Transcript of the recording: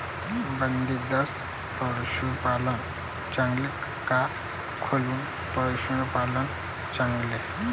बंदिस्त पशूपालन चांगलं का खुलं पशूपालन चांगलं?